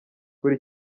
kuri